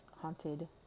haunted